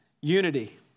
unity